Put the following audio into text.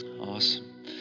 Awesome